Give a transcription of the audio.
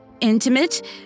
intimate